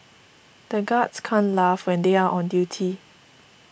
the guards can't laugh when they are on duty